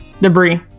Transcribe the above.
Debris